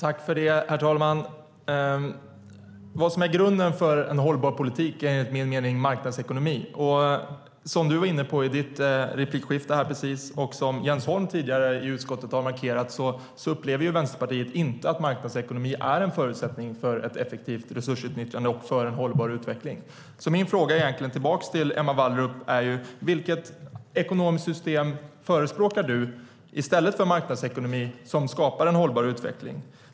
Herr talman! Grunden för en hållbar politik är enligt min mening marknadsekonomi. Som Emma Wallrup var inne på i sin replik och som Jens Holm tidigare markerat i utskottet anser Vänsterpartiet inte att marknadsekonomi är en förutsättning för ett effektivt resursutnyttjande och en hållbar utveckling. Men vilket ekonomiskt system förespråkar då Emma Wallrup i stället för marknadsekonomi för att skapa en hållbar utveckling?